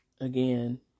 Again